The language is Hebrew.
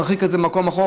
מרחיק את זה למקום רחוק,